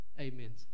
Amen